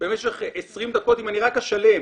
במשך 20 דקות אם אני רק אשלם